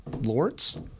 Lords